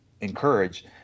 encourage